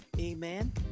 amen